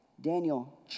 Daniel